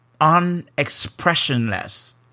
unexpressionless